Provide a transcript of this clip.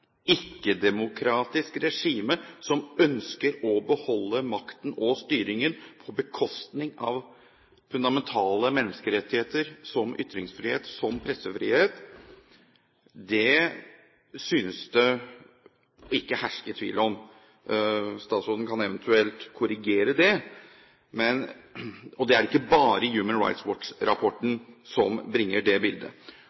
ikke-demokratisk regime som ønsker å beholde makten og styringen på bekostning av fundamentale menneskerettigheter som ytringsfrihet, som pressefrihet, synes det ikke å herske tvil om. Statsråden kan eventuelt korrigere det. Det er ikke bare Human Rights